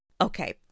Okay